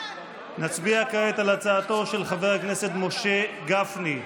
נצביע כעת על הצעתו של חבר הכנסת משה גפני.